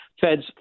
Fed's